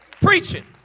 preaching